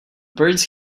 birds